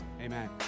Amen